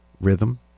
rhythm